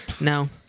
no